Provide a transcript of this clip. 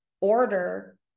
order